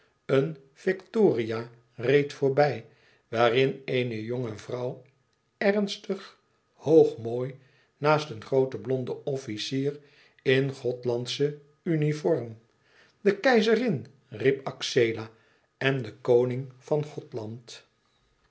een victoria reed voorbij waarin eene jonge vrouw ernstig hoog mooi naast een grooten blonden officier in gothlandsche uniform de keizerin riep axela en de koning van gothland